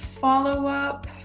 follow-up